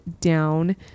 down